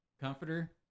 comforter